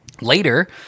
Later